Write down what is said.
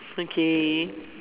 okay